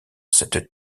cette